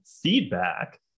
feedback